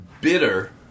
bitter